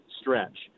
stretch